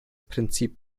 prinzip